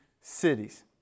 cities